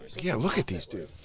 yeah look at these dude.